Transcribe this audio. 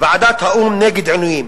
ועדת האו"ם נגד עינויים